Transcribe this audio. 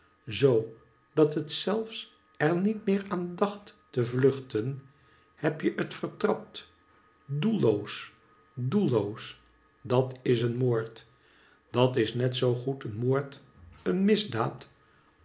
zoo dat het zelfs er niet meer aan dacht te vhichten heb je het vertrapt doelloos doelloos dat is een moord dat is net zoo goed een moord een misdaad